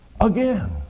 again